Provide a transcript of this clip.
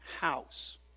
house